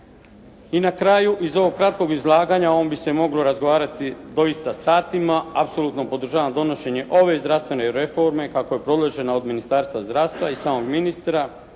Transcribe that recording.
I na kraju, iz ovog kratkog izlaganja, o ovome bi se moglo razgovarati doista satima, apsolutno podržavam donošenje ove zdravstvene reforme kako je predložena od Ministarstva zdravstva i samog ministra,